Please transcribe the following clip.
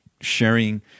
sharing